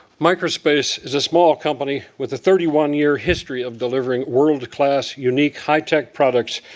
micro-space is a small company with a thirty one year history of delivering world class, unique, high-tech products,